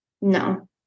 no